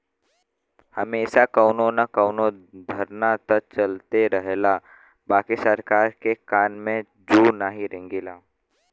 हमेशा कउनो न कउनो धरना त चलते रहला बाकि सरकार के कान में जू नाही रेंगला